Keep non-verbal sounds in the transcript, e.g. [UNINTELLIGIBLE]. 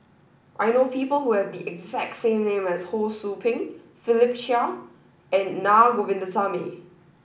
I know people who have the exact [UNINTELLIGIBLE] name as Ho Sou Ping Philip Chia and Naa Govindasamy